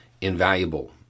invaluable